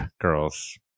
girls